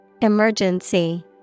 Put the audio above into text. Emergency